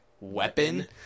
weapon